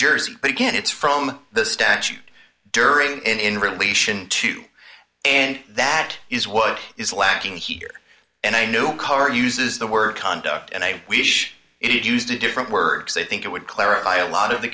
jersey but again it's from the statute during in relation to and that is what is lacking here and i knew a car uses the word conduct and i wish it had used a different word so i think it would clarify a lot of the